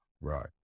Right